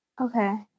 Okay